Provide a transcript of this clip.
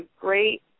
great